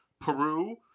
Peru